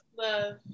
Love